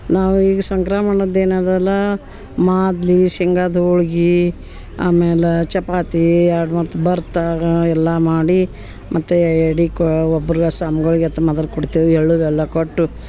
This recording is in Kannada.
ನಾವು ಈಗ ಸಂಕ್ರಮಣದ್ದೇನದಲ್ಲ ಮಾದಲಿ ಶೇಂಗದ ಹೋಳ್ಗಿ ಆಮೇಲೆ ಚಪಾತಿ ಭರ್ತಾ ಎಲ್ಲ ಮಾಡಿ ಮತ್ತು ಎಡೆ ಕೋ ಒಬ್ರು ಸ್ವಾಮಿಗಳ್ಗೆ ಅಂತ್ ಮೊದಲು ಕೊಡ್ತೇವೆ ಎಳ್ಳು ಬೆಲ್ಲ ಕೊಟ್ಟು